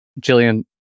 Jillian